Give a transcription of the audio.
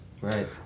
Right